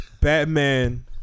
Batman